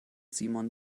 simon